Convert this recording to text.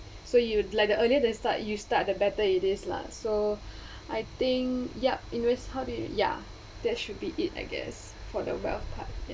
so you like the earlier the start you start the better it is lah so I think yup in ya there should be it I guess for the wealth part ya~